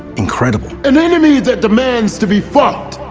incredible. an enemy that demands to be fought,